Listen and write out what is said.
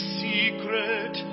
secret